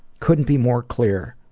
couldn't be more clear